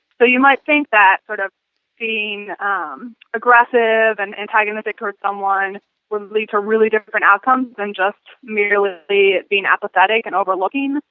so you might think that sort of seeing um aggressive and antagonistic towards someone would lead to really different outcomes than just merely being apathetic and overlooking,